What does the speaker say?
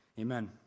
Amen